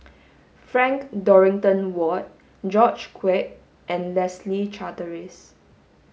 Frank Dorrington Ward George Quek and Leslie Charteris